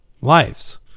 lives